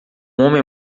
homem